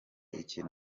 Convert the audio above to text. ikintu